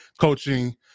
coaching